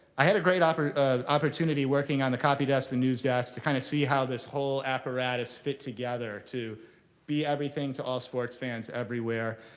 i had a great opportunity working on the copy desk, the news desk, to kind of see how this whole apparatus fit together, to be everything to all sports fans everywhere.